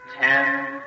Ten